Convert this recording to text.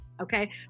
Okay